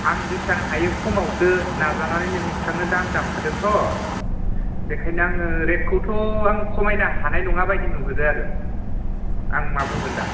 आं जेसां हायो खमावसो नाजानानै नोंथांनो दाम दानखादोंथ' बेखायनो आङो रेटखौथ' आं खमायनो हानाय नङा बायदि नुहुरो आं मा बुंगोन दा